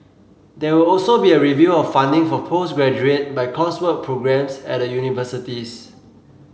there will also be a review of funding for postgraduate by coursework programmes at the universities